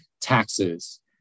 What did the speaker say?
taxes